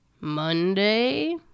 Monday